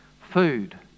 Food